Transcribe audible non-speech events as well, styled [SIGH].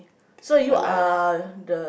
have my lunch [BREATH]